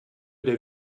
der